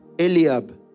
Eliab